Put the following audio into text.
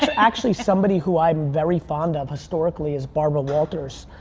actually somebody who i'm very fond of historically is barbara walters.